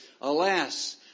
Alas